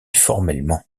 formellement